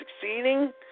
succeeding